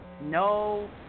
No